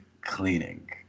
cleaning